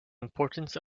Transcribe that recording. importance